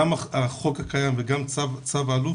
גם על החוק הקיים וגם צו האלוף,